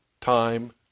time